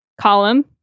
column